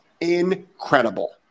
incredible